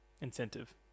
Incentive